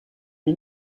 una